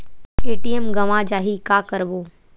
ATM गवां जाहि का करबो?